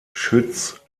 schütz